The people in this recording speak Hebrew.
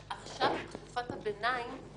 --- עכשיו לתקופת הביניים,